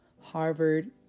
Harvard